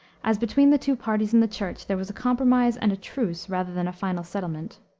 as between the two parties in the church there was a compromise and a truce rather than a final settlement.